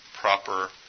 proper